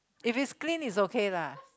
if is clean is okay lah